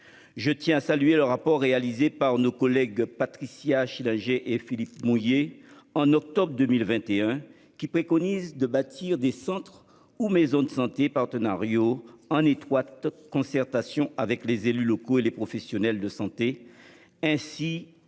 Je tiens à saluer le rapport réalisé par nos collègues Patricia Schillinger et Philippe Mouiller, en octobre 2021, qui préconise de bâtir des centres ou maisons de santé « partenariaux », en étroite concertation entre les élus locaux et les professionnels de santé, ainsi que